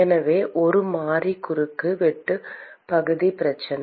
எனவே இது ஒரு மாறி குறுக்கு வெட்டு பகுதி பிரச்சனை